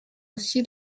aussi